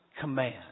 command